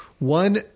One